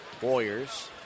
Boyers